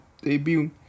debut